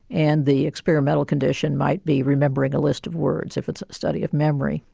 and the experimental condition might be remembering a list of words if it's a study of memory.